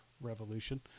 Revolution